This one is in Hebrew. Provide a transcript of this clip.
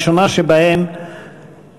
הראשונה שבהם